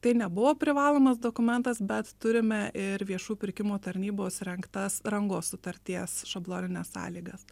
tai nebuvo privalomas dokumentas bet turime ir viešųjų pirkimų tarnybos rengtas rangos sutarties šablonines sąlygas